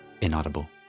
inaudible